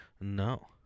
No